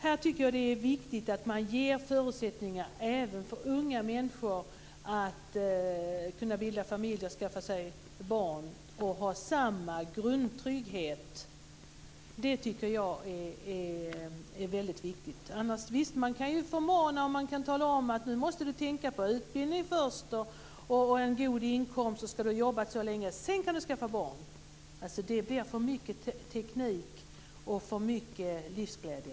Här tycker jag att det är viktigt att ge förutsättningar även för unga människor att bilda familj och skaffa sig barn, samtidigt som man har samma grundtrygghet. Detta tycker jag alltså är väldigt viktigt. Visst, man kan förmana och säga: Först måste du tänka på utbildning och en god inkomst och på att jobba si eller så länge. Sedan kan du skaffa barn. Men på det sättet blir det för mycket teknik och för lite livsglädje.